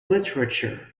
literature